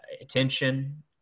attention